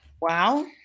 Wow